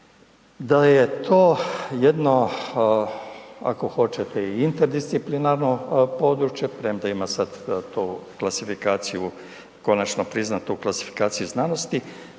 da je to jedno, ako hoćete, i interdisciplinarno područje premda ima sad tu klasifikaciju konačno priznatu klasifikaciju znanosti,